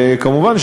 כמובן,